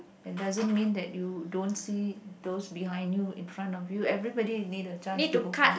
and doesn't mean that you don't see those behind you in front of you everybody need a chance to go home